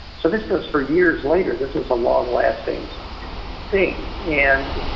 so this goes for years later. this is a long-lasting thing and